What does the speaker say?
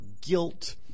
guilt